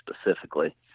specifically